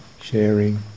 sharing